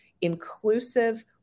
inclusive